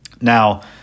Now